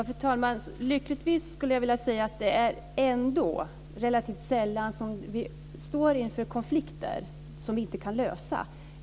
Fru talman! Lyckligtvis skulle jag vilja säga att det ändå är relativt sällan som vi står inför konflikter som vi inte kan lösa.